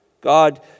God